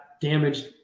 damaged